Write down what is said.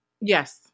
Yes